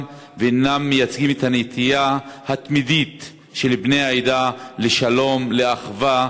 ואינם מייצגים את הנטייה התמידית של בני העדה לשלום ולאחווה.